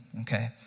Okay